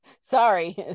sorry